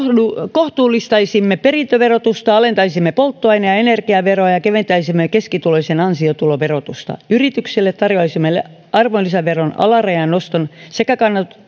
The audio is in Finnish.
kohtuullistaisimme perintöverotusta alentaisimme polttoaine ja energiaveroja ja keventäisimme keskituloisen ansiotuloverotusta yrityksille tarjoaisimme arvonlisäveron alarajan noston sekä